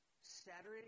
Saturday